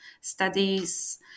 studies